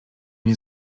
nie